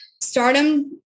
stardom